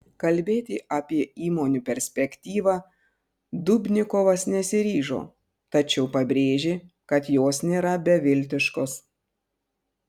kalbėti apie įmonių perspektyvą dubnikovas nesiryžo tačiau pabrėžė kad jos nėra beviltiškos